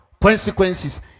consequences